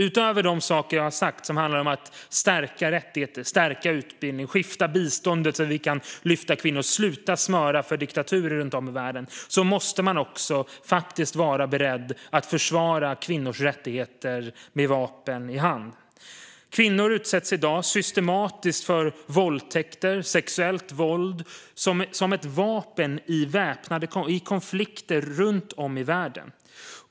Utöver det jag har sagt om att stärka rättigheter, stärka utbildning, skifta biståndet så att vi kan lyfta kvinnor och sluta smöra för diktaturer runt om i världen måste man vara beredd att försvara kvinnors rättigheter med vapen i hand. Kvinnor utsätts i dag systematiskt för våldtäkter och sexuellt våld. Det används som ett vapen i konflikter runt om i världen.